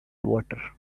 water